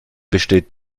besteht